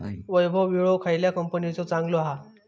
वैभव विळो खयल्या कंपनीचो चांगलो हा?